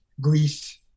Greece